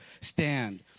stand